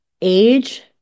age